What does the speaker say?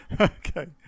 Okay